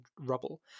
rubble